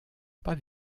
pas